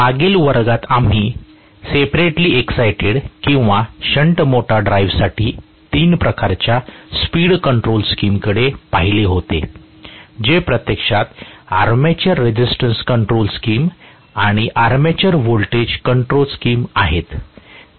मागील वर्गात आम्ही सेपरेटली एक्सायटेड किंवा शंट मोटर ड्राइव्हसाठी 3 प्रकारच्या स्पीड कंट्रोल स्कीमकडे पाहिले होते जे प्रत्यक्षात आर्मेचर रेझिस्टन्स कंट्रोल स्कीम आणि आर्मेचर व्होल्टेज कंट्रोल स्कीम आहेत